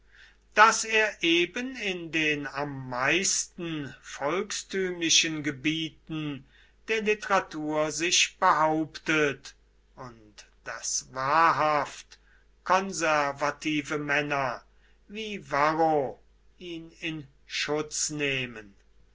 daß er eben in den am meisten volkstümlichen gebieten der literatur sich behauptet und daß wahrhaft konservative männer wie varro ihn in schutz nehmen